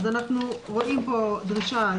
אז אנחנו רואים פה דרישה,